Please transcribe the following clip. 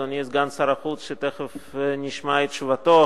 אדוני סגן שר החוץ שתיכף נשמע את תשובתו,